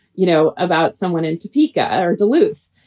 you know about someone in topeka or duluth.